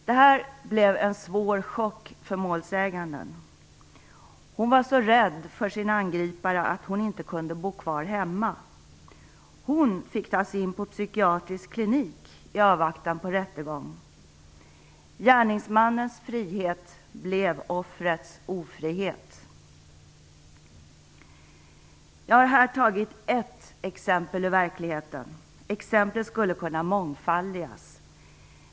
Detta blev en svår chock för målsäganden. Hon var så rädd för sin angripare att hon inte kunde bo kvar hemma. Hon fick tas in på psykiatrisk klinik i avvaktan på rättegång. Gärningsmannens frihet blev offrets ofrihet. Jag har här tagit ett exempel ur verkligheten. Exemplet skulle kunna mångfaldigas.